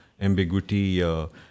ambiguity